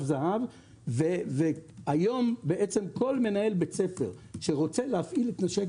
זה"ב והיום כל מנהל בית ספר שרוצה להפעיל את 'נשק